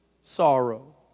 sorrow